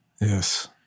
Yes